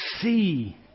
see